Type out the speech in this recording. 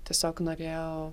tiesiog norėjau